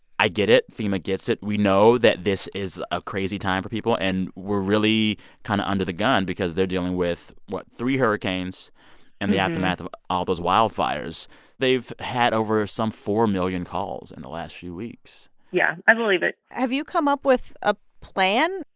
i get it. fema gets it. we know that this is a crazy time for people. and we're really kind of under the gun because they're dealing with what? three hurricanes and the aftermath of all those wildfires they've had over some four million calls in the last few weeks yeah. i believe it have you come up with a plan?